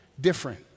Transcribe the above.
different